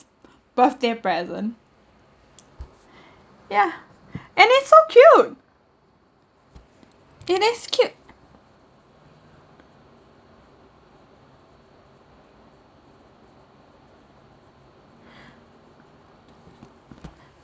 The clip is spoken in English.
birthday present yeah and it's so cute it is cute